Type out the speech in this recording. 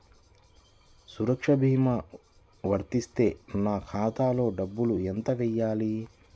సురక్ష భీమా వర్తిస్తే నా ఖాతాలో డబ్బులు ఎంత వేయాలి?